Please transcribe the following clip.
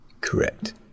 Correct